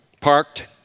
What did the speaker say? parked